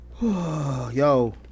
Yo